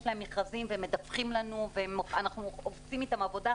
להם מכרזים והם מדווחים לנו ואנחנו עושים איתם עבודה,